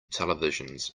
televisions